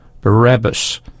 Barabbas